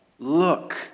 Look